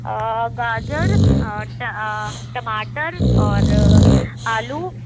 گاجر ٹماٹر اور آلو